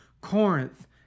Corinth